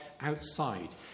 outside